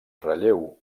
relleu